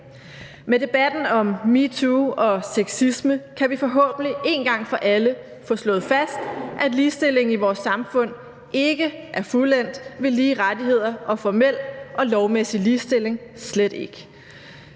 Med debatten om metoo og sexisme kan vi forhåbentlig en gang for alle få slået fast, at ligestillingen i vores samfund ikke er fuldendt med lige rettigheder og formel og lovmæssig ligestilling – slet ikke